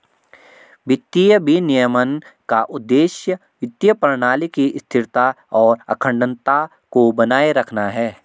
वित्तीय विनियमन का उद्देश्य वित्तीय प्रणाली की स्थिरता और अखंडता को बनाए रखना है